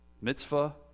mitzvah